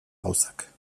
gauzak